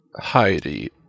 Heidi